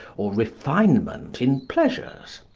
or refinement in pleasures,